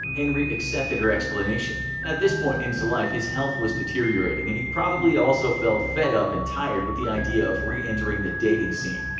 henry accepted her explanation. at this point in his life, his health was deteriorating and he probably also felt fed up and tired with the idea of re-entering the dating scene.